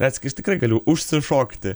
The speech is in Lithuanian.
retsykiais tikrai galiu užsišokti